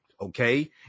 Okay